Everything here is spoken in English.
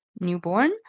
newborn